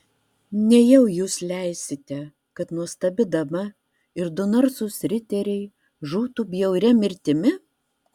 nejau jūs leisite kad nuostabi dama ir du narsūs riteriai žūtų bjauria mirtimi